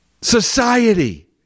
society